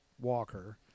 Walker